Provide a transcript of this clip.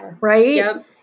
right